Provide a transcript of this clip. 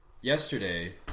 yesterday